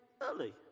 early